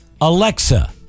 Alexa